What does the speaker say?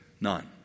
None